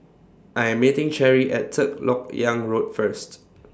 I Am meeting Cherri At Third Lok Yang Road First